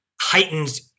heightened